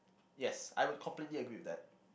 yes I would completely agree with that